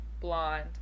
blonde